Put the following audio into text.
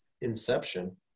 inception